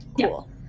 Cool